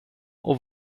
och